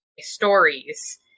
stories